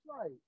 right